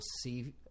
see